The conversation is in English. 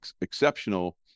exceptional